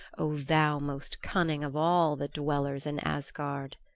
o thou most cunning of all the dwellers in asgard.